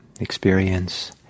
experience